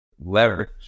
leverage